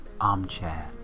armchair